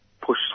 push